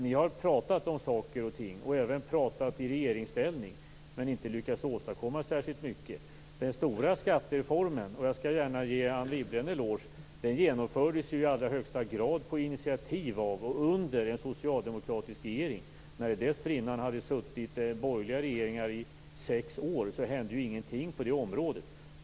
Ni har pratat om saker och ting, även i regeringsställning, men inte lyckats åstadkomma särskilt mycket. Den stora skattereformen - här skall jag gärna ge Anne Wibble en eloge - genomfördes i allra högsta grad på initiativ av och under en socialdemokratisk regering. Under de sex år dessförinnan då det satt borgerliga regeringar hände det ingenting på det området.